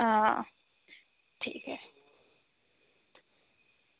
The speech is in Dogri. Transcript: आं ठीक ऐ